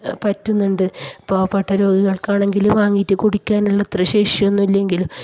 പറ്റുന്നുണ്ട് പാവപ്പെട്ട രോഗികൾക്കാണെങ്കിലും വാങ്ങിയിട്ട് കുടിക്കാനുള്ള അത്ര ശേഷി ഒന്നുമില്ലെങ്കിലും